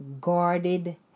Guarded